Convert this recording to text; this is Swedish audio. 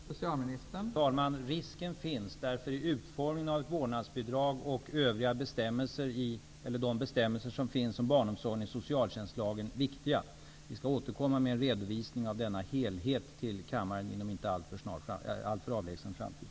Fru talman! Den risken finns. Därför är utformningen av ett vårdnadsbidrag och de bestämmelser om barnomsorgen som finns i socialtjänstlagen viktiga. Vi skall inom en inte alltför avlägsen framtid återkomma i denna kammare med en redovisning av helheten.